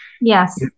Yes